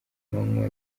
manywa